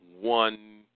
one